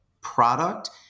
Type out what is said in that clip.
product